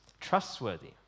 trustworthy